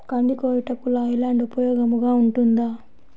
కంది కోయుటకు Leyland ఉపయోగముగా ఉంటుందా?